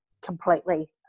completely